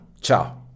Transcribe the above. Ciao